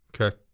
Okay